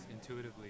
intuitively